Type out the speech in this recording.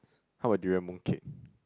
how about durian moon cake